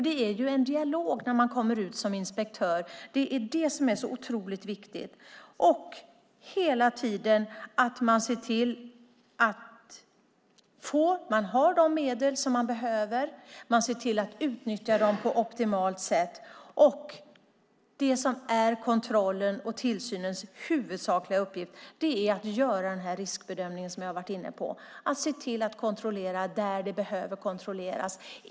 Det är en dialog när man kommer ut som inspektör; det är viktigt. Man ska ha de medel man behöver och se till att utnyttja dem på optimalt sätt. Det som är kontrollens och tillsynens huvudsakliga uppgift är den riskbedömning jag har varit inne på. Man ska kontrollera där det behöver kontrolleras.